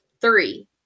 Three